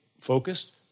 focused